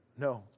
no